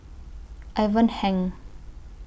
Ivan Heng